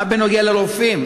מה בנוגע לרופאים?